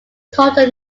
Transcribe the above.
total